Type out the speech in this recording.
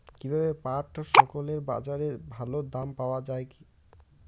কীভাবে পাট শুকোলে বাজারে ভালো দাম পাওয়া য়ায়?